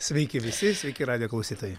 sveiki visi sveiki radijo klausytojai